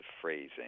phrasing